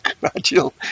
gradual